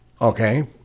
Okay